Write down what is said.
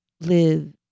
live